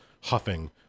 Huffing